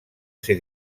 ser